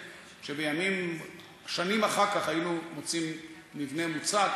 ייתכן ששנים אחר כך היינו מוצאים מבנה מוצק